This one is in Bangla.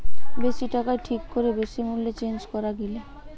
বেশি টাকায় ঠিক করে বেশি মূল্যে চেঞ্জ করা গিলে